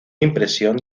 impresión